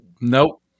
nope